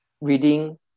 reading